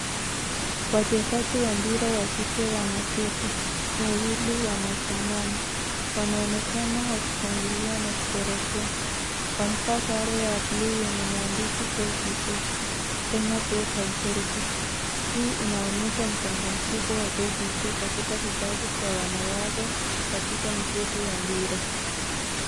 Wachezaji wa mpira wa kike wanaketi. Wawili wanasimama. Wanaonekana wakishangilia na kusherehekea. Wamevaa sare ya buluu yenye maandishi KPA, Kenya Port Authority . Hii inaonyesha mchango mkubwa wa KPA katika vibaadhi vya wanawake katika michezo ya mpira.